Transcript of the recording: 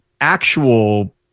actual